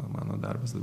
mano darbas